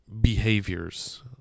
behaviors